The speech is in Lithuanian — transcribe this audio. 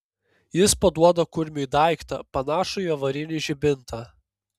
jis paduoda kurmiui daiktą panašų į avarinį žibintą